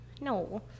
no